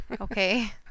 Okay